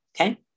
Okay